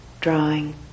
drawing